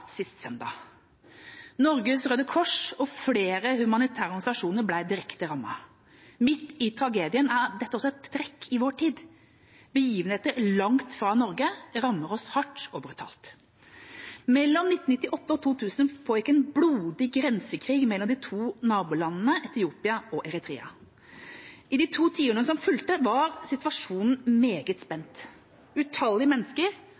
sist søndag. Norges Røde Kors og flere humanitære organisasjoner ble direkte rammet. Midt i tragedien er dette også et trekk i vår tid – begivenheter langt fra Norge rammer oss hardt og brutalt. Mellom 1998 og 2000 pågikk en blodig grensekrig mellom de to nabolandene Etiopia og Eritrea. I de to tiårene som fulgte var situasjonen meget